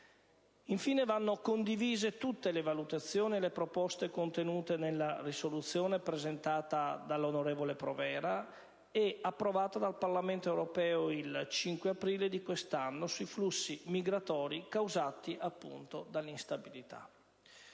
Infine, vanno condivise tutte le valutazioni e le proposte contenute nella risoluzione presentata dall'onorevole Provera e approvata dal Parlamento europeo il 5 aprile di quest'anno sui flussi migratori causati dall'instabilità.